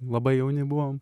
labai jauni buvom